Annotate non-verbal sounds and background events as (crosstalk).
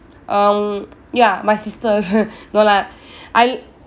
um ya my sister (laughs) no lah I